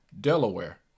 Delaware